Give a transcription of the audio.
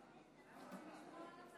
אנחנו ממשיכים בסדר-היום,